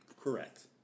Correct